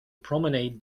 promenade